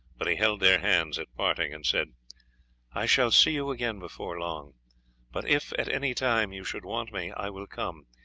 but he held their hands at parting, and said i shall see you again before long but if at any time you should want me, i will come,